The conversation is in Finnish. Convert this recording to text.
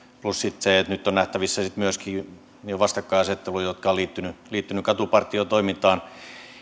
plus sitten se että nyt on nähtävissä myöskin vastakkainasetteluja jotka ovat liittyneet katupartiotoimintaan